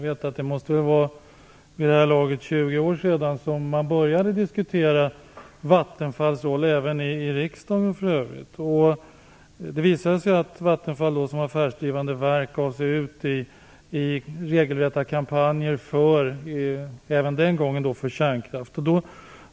Det måste väl vid det här laget vara 20 år sedan man började diskutera Vattenfalls roll, även i riksdagen för övrigt. Det visade sig att Vattenfall som då var ett affärsdrivande verk även då gav sig ut i regelrätta kampanjer för kärnkraft.